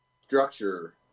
structure